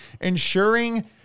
ensuring